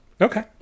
Okay